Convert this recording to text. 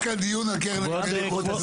אתה לא הזמנת אותי לדיון הקודם על רעידות אדמה.